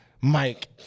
Mike